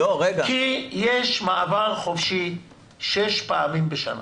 כי יש מעבר חופשי שש פעמים בשנה